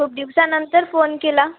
खूप दिवसानंतर फोन केला